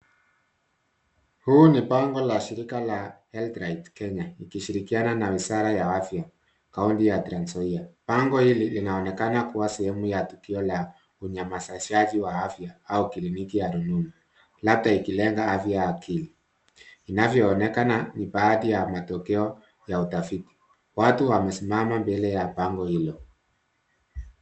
Huu ni bango la shirika la Health Right Kenya likishirikiana na wizara ya afya Kaunti ya Trans Nzoia. Bango hili linaonekana kuwa sehemu ya tukio la uhamasishaji wa afya au kliniki ya rununu, labda ikilenga afya ya akili. Inavyoonekana ni baadhi ya matokeo ya utafiti. Watu wamesimama mbele ya bango hilo.